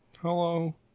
Hello